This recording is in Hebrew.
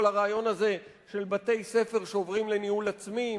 כל הרעיון הזה של בתי-ספר שעוברים לניהול עצמי,